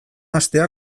hastea